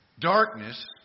Darkness